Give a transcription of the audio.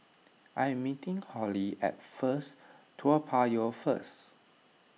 I am meeting Hollie at First Toa Payoh first